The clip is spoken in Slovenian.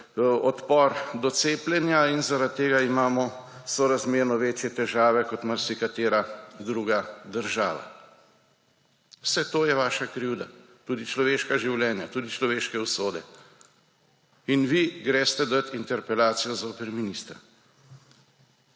odpor do cepljenja in zaradi tega imamo sorazmerno večje težave kot marsikatera druga država. Vse to je vaša krivda, tudi človeška življenja, človeške usode. In vi greste dati interpelacijo zoper ministra.